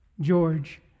George